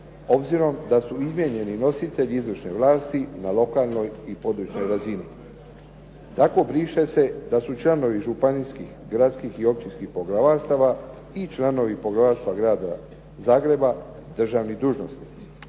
Obzirom da su izmijenjeni nositelji izvršne vlasti na lokalnoj i područnoj razini. Tako briše se da su članovi županijskih, gradskih i općinskih poglavarstava i članovi poglavarstva Grada Zagreba državni dužnosnici.